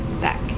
back